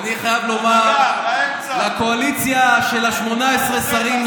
אני חייב לומר לקואליציה של 18 השרים,